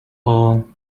all